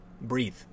breathe